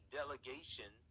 delegation